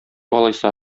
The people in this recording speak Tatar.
алайса